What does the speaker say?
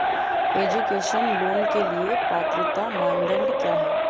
Education loan के लिए पात्रता मानदंड क्या है?